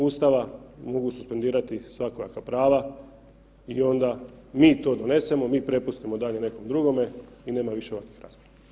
Ustava mogu suspendirati svakojaka prava i onda mi to donesemo, mi prepustimo dalje nekom drugome i nema više ovakvih rasprava.